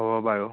হ'ব বাৰু